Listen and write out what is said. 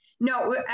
No